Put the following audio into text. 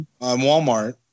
Walmart